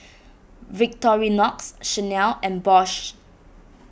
Victorinox Chanel and Bosch